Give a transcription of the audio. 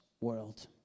world